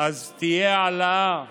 תהיה העלאה